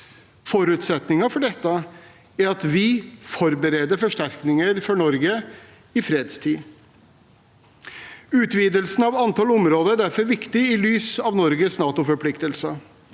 Forutsetningen for dette er at vi forbereder forsterkninger for Norge i fredstid. Utvidelsen av antall områder er derfor viktig i lys av Norges NATO-forpliktelser,